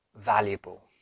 valuable